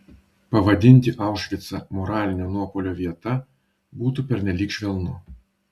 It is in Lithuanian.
pavadinti aušvicą moralinio nuopuolio vieta būtų pernelyg švelnu